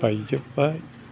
बायजोबाय